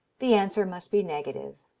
the answer must be negative.